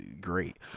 great